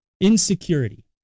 insecurity